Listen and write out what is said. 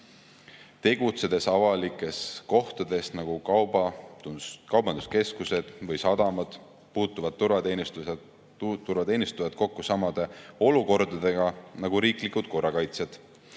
omadega. Tegutsedes avalikes kohtades, nagu kaubanduskeskused või sadamad, puutuvad turvateenistujad kokku samade olukordadega nagu riiklikud korrakaitsjad.